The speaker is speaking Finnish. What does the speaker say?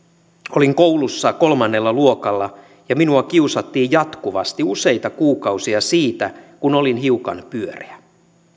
olin koulussa kolmannella luokalla ja minua kiusattiin jatkuvasti useita kuukausia siitä kun olin hiukan pyöreä